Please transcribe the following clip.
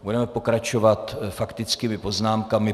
Budeme pokračovat faktickými poznámkami.